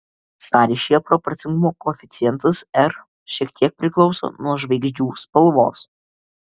sąryšyje proporcingumo koeficientas r šiek tiek priklauso nuo žvaigždžių spalvos